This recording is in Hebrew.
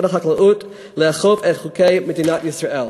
החקלאות לאכוף את חוקי מדינת ישראל.